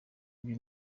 ibi